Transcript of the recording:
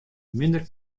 minder